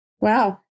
Wow